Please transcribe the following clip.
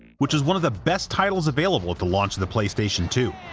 which was one of the best titles available at the launch of the playstation two.